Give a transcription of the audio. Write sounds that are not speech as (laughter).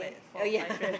oh ya (laughs)